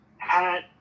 Hat